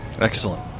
Excellent